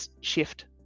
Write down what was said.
shift